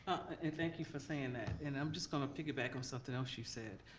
and thank you for saying that. and i'm just gonna piggyback on something else you said.